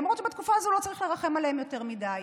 למרות שבתקופה הזו לא צריך לרחם עליהם יותר מדי.